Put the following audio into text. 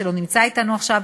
שלא נמצא אתנו עכשיו,